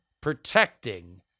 protecting